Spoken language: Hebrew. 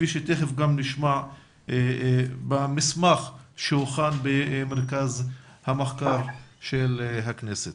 כפי שתכף נשמע את העולה מהמסמך שהוכן במרכז המחקר והמידע של הכנסת.